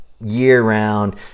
year-round